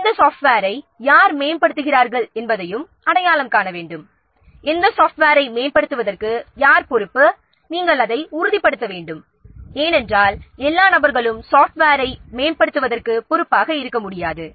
எந்த சாப்ட்வேரை யார் மேம்படுத்துகிறார்கள் என்பதையும் அடையாளம் காணவும் எந்த சாப்ட்வேரை மேம்படுத்துவதற்கு யார் பொறுப்பு என்பதை உறுதிப்படுத்த வேண்டும் ஏனென்றால் எல்லா நபர்களும் சாஃப்ட்வேரை மேம்படுத்துவதற்கு பொறுப்பாக இருக்க முடியாது